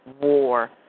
war